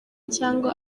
cyangwa